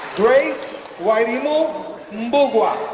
grace wairimu mbugua